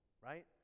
right